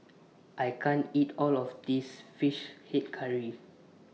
I can't eat All of This Fish Head Curry